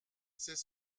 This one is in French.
c’est